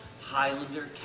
Highlander